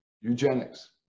eugenics